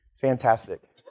fantastic